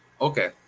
Okay